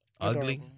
ugly